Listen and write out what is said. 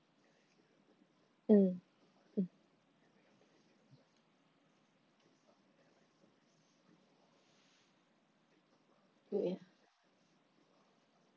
mm mm ya